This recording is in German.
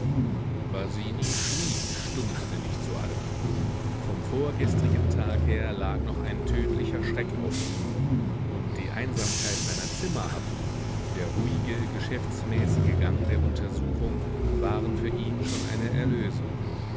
basini schwieg stumpfsinnig zu allem vom vorgestrigen tag her lag noch ein tödlicher schreck auf ihm und die einsamkeit seiner zimmerhaft der ruhige geschäftsmäßige gang der untersuchung waren für ihn schon eine erlösung